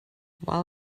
while